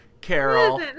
Carol